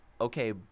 okay